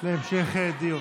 להמשך דיון.